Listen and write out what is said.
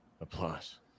Applause